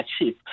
achieve